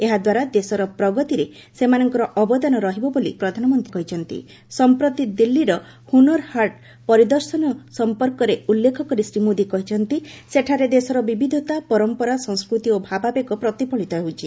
ଏହାଦ୍ୱାରା ଦେଶର ପ୍ରଗତିରେ ସେମାନଙ୍କର ଅବଦାନ ରହିବ ବୋଲି ସମ୍ପ୍ରତି ଦିଲ୍ଲୀର ହୁନରହାଟ୍ ପରିଦର୍ଶନ ସମ୍ପର୍କରେ ଉଲ୍ଲେଖ କରି ଶ୍ରୀ ମୋଦି କହିଛନ୍ତି ସେଠାରେ ଦେଶର ବିବିଧତା ପରମ୍ପରା ସଂସ୍କୃତି ଓ ଭାବାବେଗ ପ୍ରତିଫଳିତ ହେଉଛି